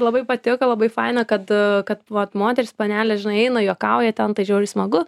labai patiko labai faina kad kad vat moteris panelė žinai eina juokauja ten žiauriai smagu